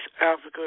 Africa